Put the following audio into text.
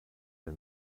der